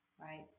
right